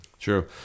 True